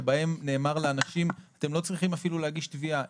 בהם נאמר לאנשים שהם לא צריכים אפילו להגיש תביעה.